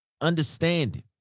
understanding